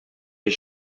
est